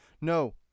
No